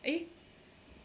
eh